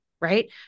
Right